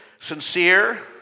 sincere